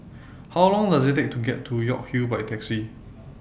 How Long Does IT Take to get to York Hill By Taxi